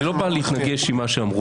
אני לא בא להתנגש עם מה שאמרו.